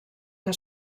que